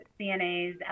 CNAs